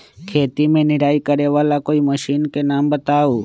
खेत मे निराई करे वाला कोई मशीन के नाम बताऊ?